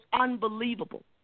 unbelievable